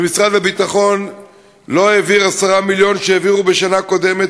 ומשרד הביטחון לא העביר 10 מיליון שהעבירו בשנה קודמת.